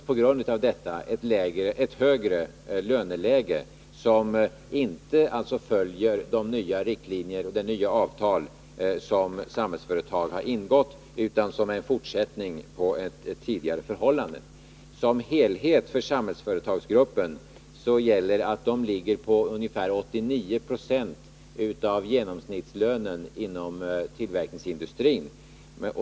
På grund av detta förhållande rådde ett högre löneläge, som alltså inte följer de nya avtal som Samhällsföretag har ingått, utan är en fortsättning på ett tidigare förhållande. För Samhällsföretagsgruppen som helhet ligger lönerna på ungefär 89 Io av genomsnittslönen inom tillverkningsindustrin.